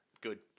Good